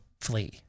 flee